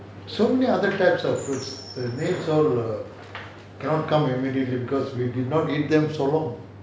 so many other types of fruits the names all cannot come immediately because we did not eat them so long